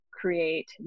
create